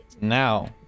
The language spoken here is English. Now